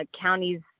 counties